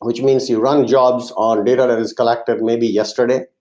which means he run jobs on data that is collected maybe yesterday.